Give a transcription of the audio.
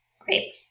Great